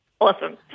Awesome